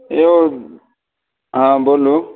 हे यौ हँ बोलू